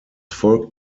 volk